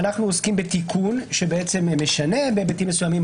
ואנחנו עוסקים בתיקון שבעצם משנה בהיבטים מסוימים,